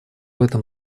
этом